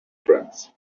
friends